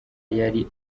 yari